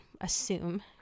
assume